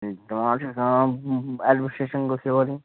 تِم حظ چھِ وَنان ایڈمنِسٹرٛشَن گٔژھ یور یِنۍ